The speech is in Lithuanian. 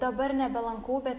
dabar nebelankau bet